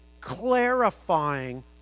clarifying